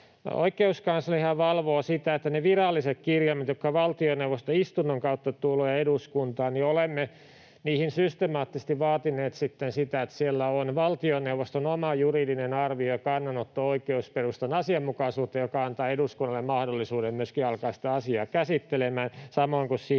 Oikeuskanslerihan valvoo sitä, että ne viralliset kirjelmät, jotka valtioneuvoston istunnon kautta tulevat eduskuntaan... Olemme niihin systemaattisesti vaatineet sitten sitä, että siellä on valtioneuvoston oma juridinen arvio ja kannanotto oikeusperustan asianmukaisuudesta, mikä antaa eduskunnalle mahdollisuuden myöskin alkaa sitä asiaa käsittelemään,